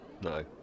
no